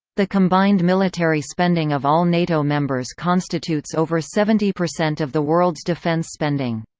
the combined military spending of all nato members constitutes over seventy percent of the world's defence spending.